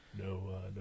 no